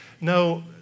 No